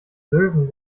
löwen